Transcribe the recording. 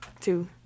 two